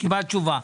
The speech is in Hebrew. קיבלת תשובה.